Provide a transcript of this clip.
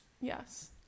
Yes